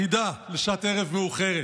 חידה לשעת ערב מאוחרת,